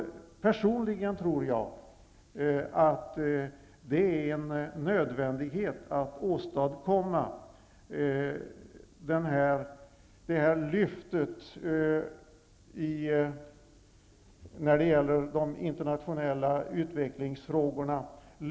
Personligen tror jag att det är nödvändigt att åstadkomma det här lyftet när det gäller de internationella utvecklingsfrågorna.